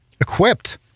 equipped